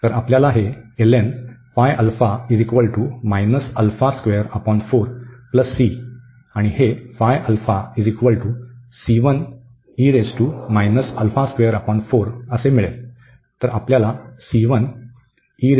तर आपल्याला हे ln आणि हे मिळेल